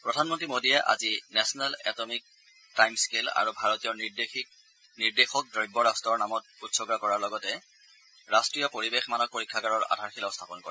প্ৰধানমন্তী মোদীয়ে আজি নেচনেল এটমিক টাইমস্কেল আৰু ভাৰতীয় নিৰ্দেশক দ্ৰব্য ৰট্টৰ নামত উৎসৰ্গা কৰাৰ লগতে ৰাষ্ট্ৰীয় পৰিৱেশ মানক পৰীক্ষাগাৰৰ আধাৰশিলাও স্থাপন কৰে